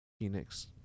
Phoenix